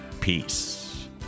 peace